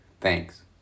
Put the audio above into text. Thanks